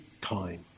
time